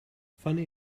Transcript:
fanny